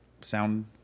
sound